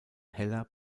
heller